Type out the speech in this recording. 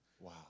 Wow